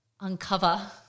uncover